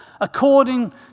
according